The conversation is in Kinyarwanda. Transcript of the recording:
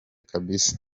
kabisa